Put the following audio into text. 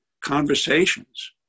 Conversations